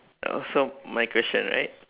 oh so my question right